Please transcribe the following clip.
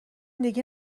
دیگه